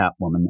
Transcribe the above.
Catwoman